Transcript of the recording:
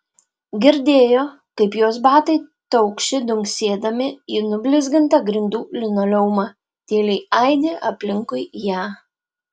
girdėjo kaip jos batai taukši dunksėdami į nublizgintą grindų linoleumą tyliai aidi aplinkui ją